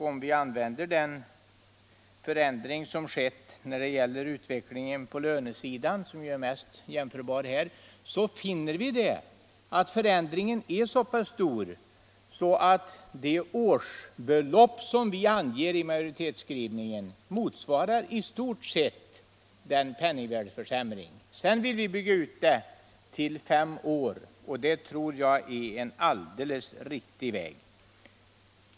Om vi utgår från den förändring som skett på löneområdet, som är det mest jämförbara i detta sammanhang, finner vi att denna förändring är så pass stor att den och penningvärdeförsämringen i stort sett motsvarar de årsbelopp som vi anger i majoritetsskrivningen. Vi vill sedan bygga ut stödet under en femårsperiod, och det tror jag är en riktig väg.